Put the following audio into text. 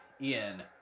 Ian